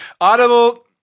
Audible